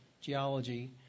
geology